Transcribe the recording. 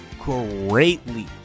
greatly